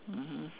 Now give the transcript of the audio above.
mmhmm